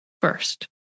first